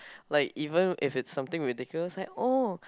like even if it's something ridiculous like oh